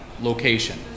location